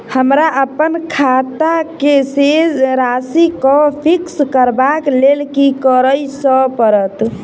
हमरा अप्पन खाता केँ राशि कऽ फिक्स करबाक लेल की करऽ पड़त?